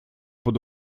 под